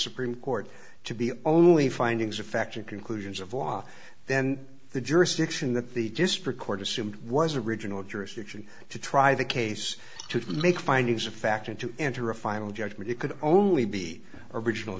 supreme court to be only findings of fact and conclusions of law then the jurisdiction that the just record assumed was original jurisdiction to try the case to make findings of fact and to enter a final judgment it could only be original